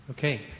Okay